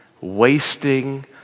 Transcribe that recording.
Wasting